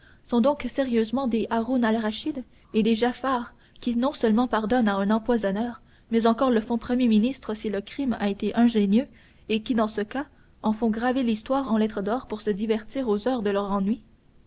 sont donc sérieusement des haroun al raschid et des giaffar qui non seulement pardonnent à un empoisonneur mais encore le font premier ministre si le crime a été ingénieux et qui dans ce cas en font graver l'histoire en lettres d'or pour se divertir aux heures de leur ennui